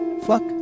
Fuck